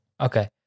Okay